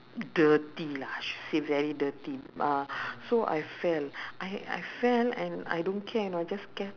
dirty lah sh~ say very dirty uh so I fell I I fell and I don't care you know I just get